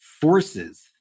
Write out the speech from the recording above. forces